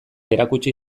erakutsi